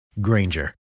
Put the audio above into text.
Granger